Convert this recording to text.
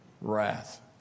wrath